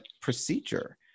procedure